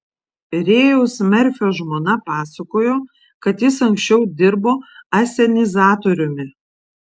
rėjaus merfio žmona pasakojo kad jis anksčiau dirbo asenizatoriumi